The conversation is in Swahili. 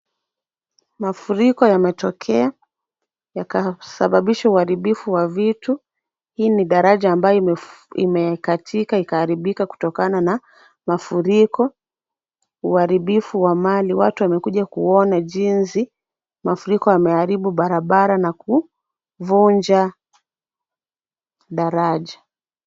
Mafuriko yametokea yakasababisha uharibifu wa vitu. Hii ni daraja ambayo imekatika ikaharibika kutokana na mafuriko, uharibifu wa mali. Watu wamekuja kuona jinsi mafuriko yameharibu barabara na kuvunja daraja.